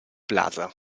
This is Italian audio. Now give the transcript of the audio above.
plaza